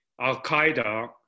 Al-Qaeda